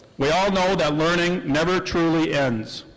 we all know that learning never truly ends.